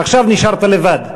עכשיו נשארת לבד.